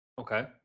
Okay